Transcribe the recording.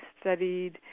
studied